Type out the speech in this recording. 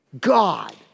God